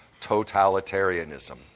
totalitarianism